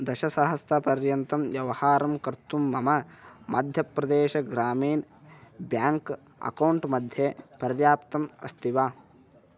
दशसहस्रपर्यन्तं व्यवहारं कर्तुं मम माध्यप्रदेशग्रामीण् ब्याङ्क् अकौण्ट् मध्ये पर्याप्तम् अस्ति वा